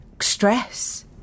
stress